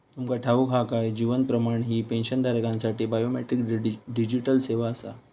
तुमका ठाऊक हा काय? जीवन प्रमाण ही पेन्शनधारकांसाठी बायोमेट्रिक डिजिटल सेवा आसा